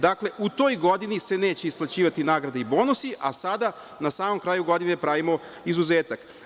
Dakle, u toj godini se neće isplaćivati nagrade i bonusi, a sada na samom kraju godine, pravimo izuzetak.